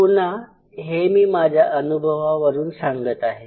पुन्हा हे मी माझ्या अनुभवावरून सांगत आहे